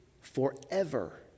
forever